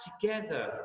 together